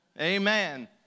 Amen